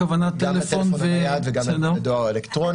הכוונה טלפון ו --- גם לטלפון הנייד ולגם לדואר האלקטרוני.